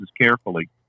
carefully